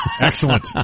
Excellent